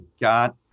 got